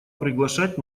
приглашать